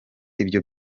ibyo